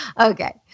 Okay